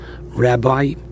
rabbi